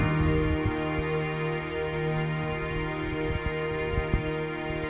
and